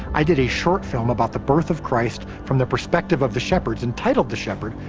i did a short film about the birth of christ from the perspective of the shepherds and titled the shepherd.